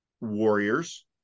Warriors